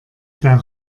der